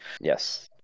Yes